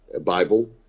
Bible